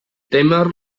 témer